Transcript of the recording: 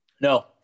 No